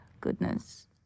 goodness